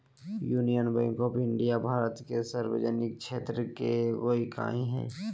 union Bank of India Bharat के सार्वजनिक क्षेत्र के एगो इकाई हइ